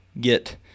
get